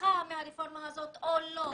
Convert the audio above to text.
מרוויחה מהרפורמה הזאת או לא?